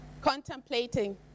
Contemplating